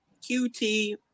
QT